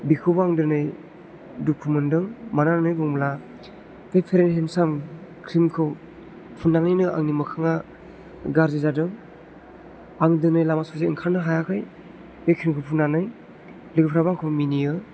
बिखौबो आं दिनै दुखु मोनदों मानो होननानै बुङोब्ला बे फेर एन हेन्डसाम क्रिमखौ फुननानैनो आंनि मोखाङा गाज्रि जादों आं दिनै लामा ससे ओंखारनो हायाखै बे क्रिमखौ फुननानै लोगोफ्राबो आंखौ मिनियो